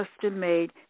custom-made